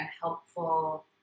helpful